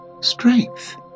strength